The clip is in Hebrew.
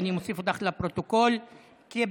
אני מוסיף אותך לפרוטוקול כבעד.